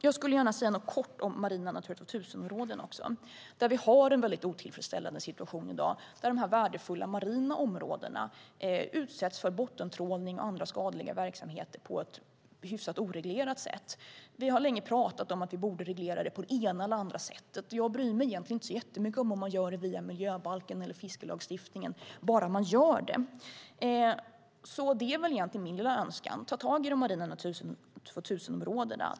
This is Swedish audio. Jag ska säga något kort om marina Natura 2000-områden. I dag har vi en otillfredsställande situation där dessa värdefulla marina områden utsätts för bottentrålning och andra skadliga verksamheter på ett hyfsat oreglerat sätt. Vi har länge talat om att vi borde reglera det på ena eller andra sättet. Jag bryr mig inte så mycket om ifall man gör det via miljöbalken eller fiskelagstiftningen, bara man gör det. Min önskan är att man tar tag i de marina Natura 2000-områdena.